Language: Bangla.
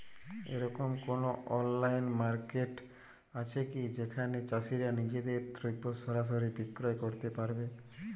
এরকম কোনো অনলাইন মার্কেট আছে কি যেখানে চাষীরা নিজেদের দ্রব্য সরাসরি বিক্রয় করতে পারবে?